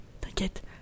T'inquiète